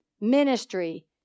ministry